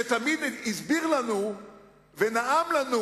שתמיד הסביר לנו ונאם לנו,